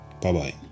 Bye-bye